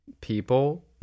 people